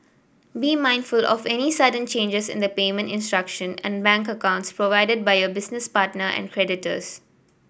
be mindful of any sudden changes in the payment instructions and bank accounts provided by your business partner and creditors